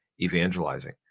evangelizing